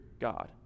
God